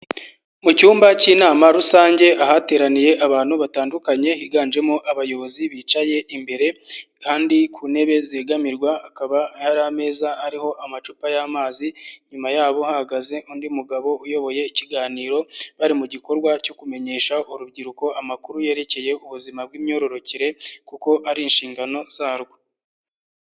Mu cyumba k'inama rusange ahateraniye abantu batandukanye higanjemo abayobozi bicaye imbere kandi ku ntebe zegamirwa hakaba hari ameza ariho amacupa y'amazi, nyuma yabo hagaze undi mugabo uyoboye ikiganiro bari mu gikorwa cyo kumenyesha urubyiruko amakuru yerekeye ubuzima bw'imyororokere kuko ari inshingano zarwo.